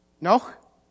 Noch